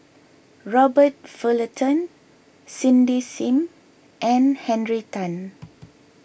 Robert Fullerton Cindy Sim and Henry Tan